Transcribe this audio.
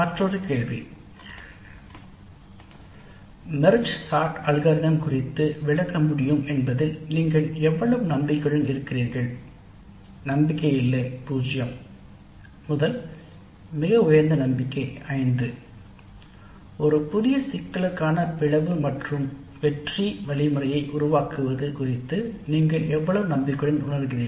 மற்றொரு கேள்வி merge sort algorithm குறித்து விளக்க முடியும் என்பதில் நீங்கள் எவ்வளவு நம்பிக்கையுடன் இருக்கிறீர்கள் நம்பிக்கை இல்லை 0 முதல் மிக உயர்ந்த நம்பிக்கை 5 ஒரு புதிய சிக்கலுக்கான பிளவு மற்றும் வெற்றி வழிமுறையை உருவாக்குவது குறித்து நீங்கள் எவ்வளவு நம்பிக்கையுடன் உணர்கிறீர்கள்